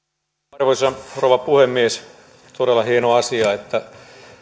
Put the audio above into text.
arvoisa rouva puhemies todella hieno asia että